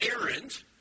errand